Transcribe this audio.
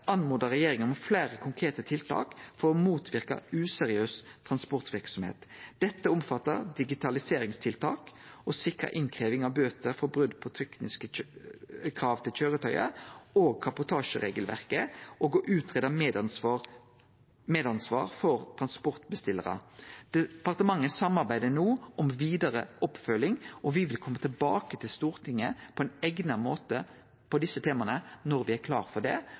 regjeringa om fleire konkrete tiltak for å motverke useriøs transportverksemd. Dette omfattar digitaliseringstiltak, å sikre innkreving av bøter for brot på tekniske krav til køyretøy og kabotasjeregelverket og å greie ut medansvar for transportbestillarar. Departementet samarbeider no om vidare oppfølging, og me vil kome tilbake til Stortinget på eigna måte om desse temaa når me er klare for det.